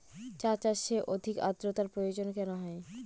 চা চাষে অধিক আদ্রর্তার প্রয়োজন কেন হয়?